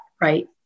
right